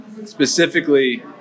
Specifically